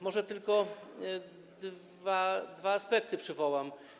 Może tylko dwa aspekty przywołam.